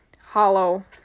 hollow